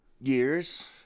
years